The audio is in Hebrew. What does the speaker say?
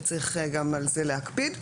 וצריך גם על זה להקפיד.